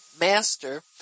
Master